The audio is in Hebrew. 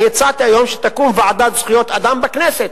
אני הצעתי היום שתקום ועדת זכויות אדם בכנסת,